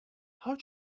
how